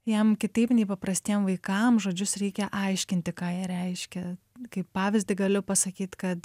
jam kitaip nei paprastiem vaikam žodžius reikia aiškinti ką jie reiškia kaip pavyzdį galiu pasakyt kad